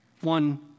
One